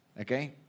Okay